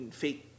fake